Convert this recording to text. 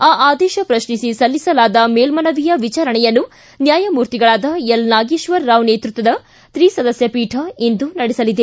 ಆ ಆದೇಶ ಪ್ರಶ್ನಿಸಿ ಸಲ್ಲಿಸಲಾದ ಮೇಲ್ಮನವಿಯ ವಿಚಾರಣೆಯನ್ನು ನ್ಯಾಮಮೂರ್ತಿಗಳಾದ ಎಲ್ ನಾಗೇಶ್ವರರಾವ್ ನೇತೃತ್ವದ ತ್ರಿಸದಸ್ಕ ಪೀಠ ಇಂದು ನಡೆಸಲಿದೆ